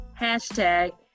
hashtag